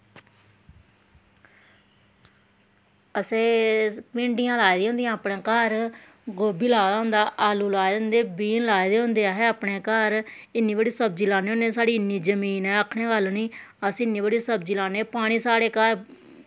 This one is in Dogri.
असें भिंडियां लाई दियां होंदियां अपने घर गोभी लाए दा होंदा आलू लाए दे होंदे बीन लाए दे होंदे असें अपने घर इन्नी बड़ी सब्जी लान्ने होन्ने साढ़ी इन्नी जमीन ऐ आखने दी गल्ल निं अस इन्नी बड़ी सब्जी लान्ने पानी साढ़े घर